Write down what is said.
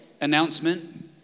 announcement